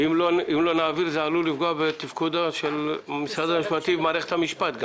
אם לא נעביר זה עלול לפגוע בתפקודו של משרד המשפטים ומערכת המשפט,